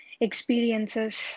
experiences